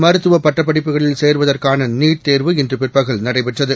மருத்துவப்பட்டப்படிப்புகளில்சேருவதற்கான நீட்தேர்வுஇன் றுபிற்பகல்நடைபெற்றது